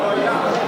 לא היה.